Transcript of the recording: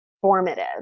formative